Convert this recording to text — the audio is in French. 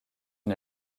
une